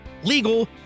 legal